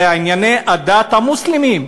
וזה ענייני הדת המוסלמית.